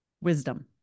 Wisdom